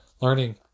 learning